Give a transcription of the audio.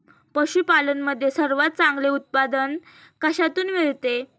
पशूपालन मध्ये सर्वात चांगले उत्पादन कशातून मिळते?